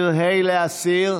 ה' להסיר.